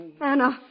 Anna